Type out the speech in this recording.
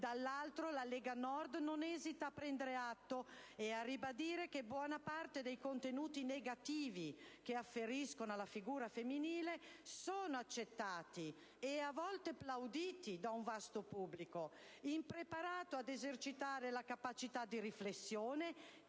dall'altro la Lega Nord non esita a prendere atto e a ribadire che buona parte dei contenuti negativi che afferiscono alla figura femminile sono accettati e, a volte, plauditi da un vasto pubblico, impreparato ad esercitare la capacità di riflessione